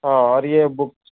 ہاں اور یہ بک